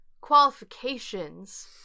qualifications